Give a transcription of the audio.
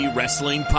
Wrestling